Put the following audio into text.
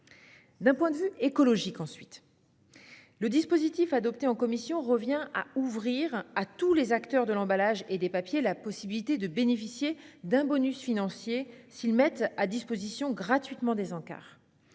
D'un point de vue écologique ensuite, le dispositif adopté en commission revient à ouvrir à tous les acteurs de l'emballage et des papiers la possibilité de bénéficier d'un bonus financier s'ils mettent à disposition gratuitement des encarts.